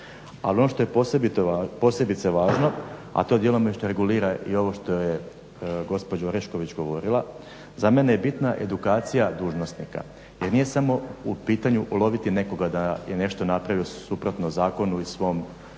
Ali ono što je posebice važno, a to je dijelom što regulira i ovo što je gospođa Orešković govorila za mene je bitna edukacija dužnosnika jer nije samo u pitanju uloviti nekoga da je nešto napravio suprotno zakonu i svom javnom